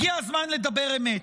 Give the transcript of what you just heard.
הגיע הזמן לדבר אמת.